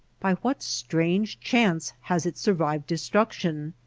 by what strange chance has it survived destruction?